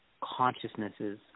consciousnesses